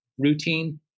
routine